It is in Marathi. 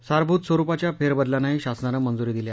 सारभूत स्वरुपाच्या फेरबंदलांनाही शासनानं मंजुरी दिली